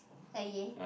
uh yeah